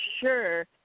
sure